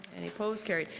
any opposed? carried.